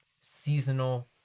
seasonal